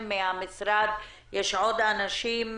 נחזור למיכל גולד.